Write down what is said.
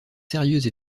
sérieuse